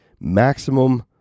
maximum